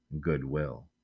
goodwill